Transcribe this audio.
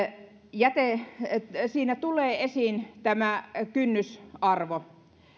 siinä tulee esiin tämä kynnysarvo